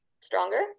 stronger